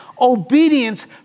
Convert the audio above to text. Obedience